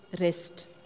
rest